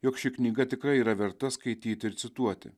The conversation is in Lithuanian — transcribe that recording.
jog ši knyga tikrai yra verta skaityti ir cituoti